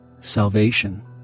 salvation